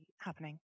happening